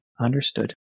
Understood